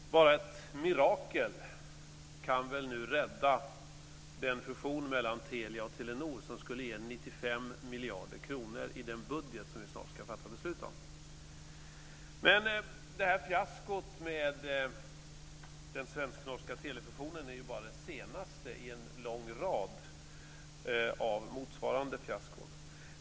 Fru talman! Bara ett mirakel kan väl nu rädda den fusion mellan Telia och Telenor som skulle ge 95 miljarder kronor i den budget som vi snart ska fatta beslut om. Men fiaskot med den svensk-norska telefusionen är bara det senaste i en lång rad av motsvarande fiaskon.